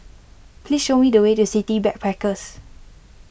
please show me the way to City Backpackers